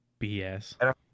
BS